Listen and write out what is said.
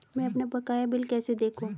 मैं अपना बकाया बिल कैसे देखूं?